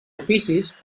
oficis